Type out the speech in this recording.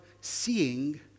seeing